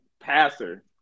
passer